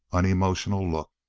unemotional look.